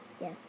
Yes